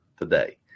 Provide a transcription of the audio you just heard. today